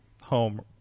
home